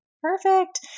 Perfect